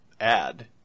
add